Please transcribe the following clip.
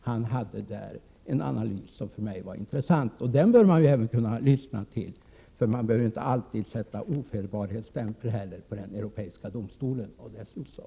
Han hade där en analys som för mig var intressant, och den bör man även kunna lyssna till. Man bör ju inte heller alltid sätta ofelbarhetsstämpel på den europeiska domstolen och dess utslag.